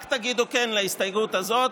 רק תגידו כן להסתייגות הזאת,